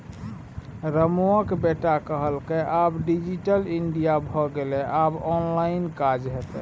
रमुआक बेटा कहलकै आब डिजिटल इंडिया भए गेलै आब ऑनलाइन काज हेतै